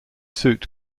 suit